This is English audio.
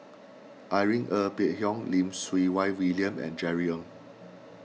Irene Ng Phek Hoong Lim Siew Wai William and Jerry Ng